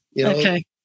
Okay